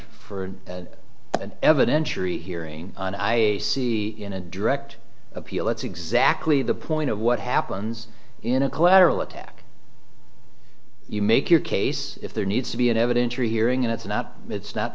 for an evidentiary hearing and i see in a direct appeal that's exactly the point of what happens in a collateral attack you make your case if there needs to be an evidentiary hearing and it's not it's not